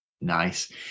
Nice